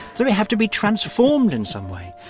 so we have to be transformed in some way.